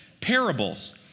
parables